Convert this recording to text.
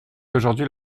aujourd’hui